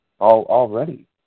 already